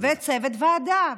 וצוות ועדה.